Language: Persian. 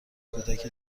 کودکی